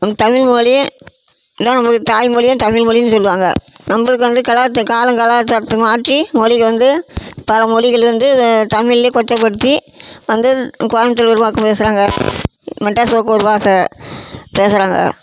நம் தமிழ் மொழி இதான் நம்மளுக்கு தாய்மொழியும் தமிழ் மொழின்னு சொல்வாங்க நம்மளுக்கு வந்து கலாத்தை காலங்கலாச்சாரத்தை மாற்றி மொழி வந்து பல மொழிகள் வந்து தமிழ்லே கொச்சைப்படுத்தி வந்து கோயம்புத்தூரில் ஒரு பக்கம் பேசுகிறாங்க மெட்ராஸ் பக்கம் ஒரு பாஷை பேசுகிறாங்க